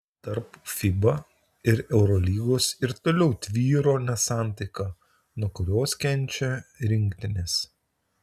tarp fiba ir eurolygos ir toliau tvyro nesantaika nuo kurios kenčia rinktinės